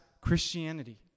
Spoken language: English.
Christianity